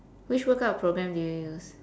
which workout program do you use